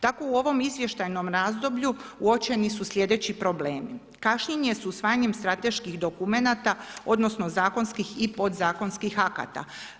Tako u ovom izvještajnom razdoblju uočeni su slijedeći problemi: kašnjenje s usvajanjem strateških dokumenata, odnosno zakonskih i podzakonskih akata.